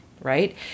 Right